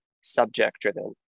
subject-driven